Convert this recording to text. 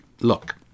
Look